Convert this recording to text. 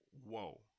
whoa